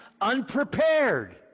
unprepared